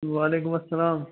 وعلیکُم اسلام